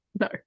No